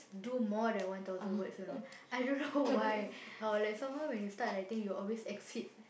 do more than one thousands words you know I don't know why how like somehow when you start writing you always exceed